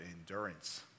endurance